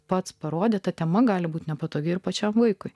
pats parodyta tema gali būti nepatogi ir pačiam vaikui